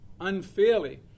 unfairly